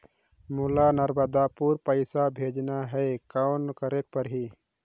मोला नर्मदापुर पइसा भेजना हैं, कौन करेके परही?